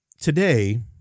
today